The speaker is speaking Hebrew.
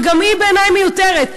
וגם היא בעיני מיותרת.